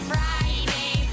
Friday